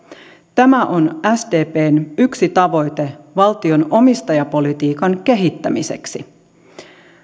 tämä on sdpn yksi tavoite valtion omistajapolitiikan kehittämiseksi